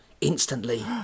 instantly